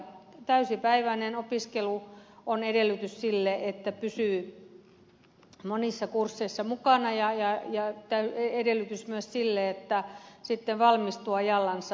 täysipäiväinen opiskelu on edellytys sille että pysyy monilla kursseilla mukana ja edellytys myös sille että sitten valmistuu ajallansa